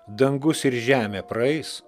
dangus ir žemė praeis